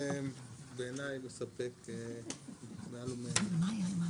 בעיני זה מעל ומעבר.